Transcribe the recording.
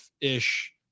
ish